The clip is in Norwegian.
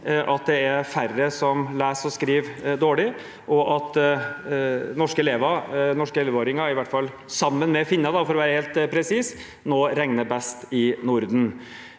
at det er færre som leser og skriver dårlig, og at norske elleveåringer – sammen med finner, for å være helt presis – nå regner best i Norden.